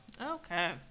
Okay